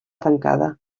tancada